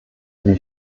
wie